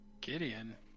Gideon